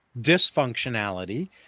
dysfunctionality